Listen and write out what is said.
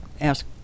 ask